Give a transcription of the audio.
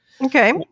Okay